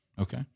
Okay